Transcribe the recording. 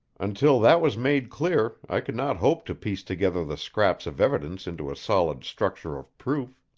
until that was made clear i could not hope to piece together the scraps of evidence into a solid structure of proof.